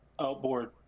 outboard